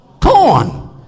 Corn